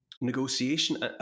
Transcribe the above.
negotiation